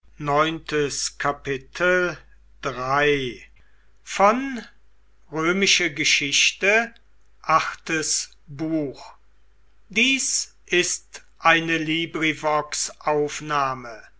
sind ist eine